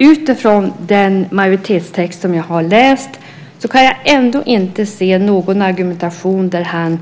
Utifrån den majoritetstext jag har läst har jag ändå inte kunnat se att Lars Wegendal